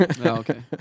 okay